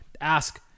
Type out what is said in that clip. ask